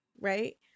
right